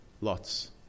Lot's